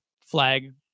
flag